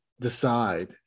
decide